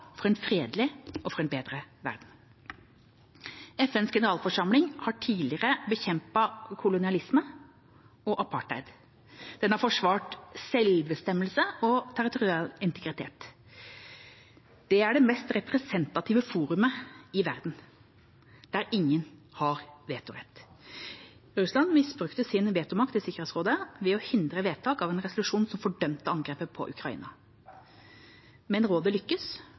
for en fredelig og bedre verden. FNs generalforsamling har tidligere bekjempet kolonialisme og apartheid. Den har forsvart selvbestemmelse og territoriell integritet. Det er det mest representative forumet i verden, der ingen har vetorett. Russland misbrukte sin vetomakt i Sikkerhetsrådet ved å hindre vedtak av en resolusjon som fordømte angrepet på Ukraina, men rådet